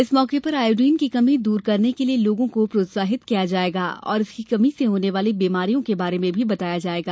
इस मौके पर आयोडीन की कमी दूर करने के लिए लोगों को प्रोत्साहित किया जायेगा और इसकी कमी से होने वाली बीमारियों के बारे में भी बताया जायेगा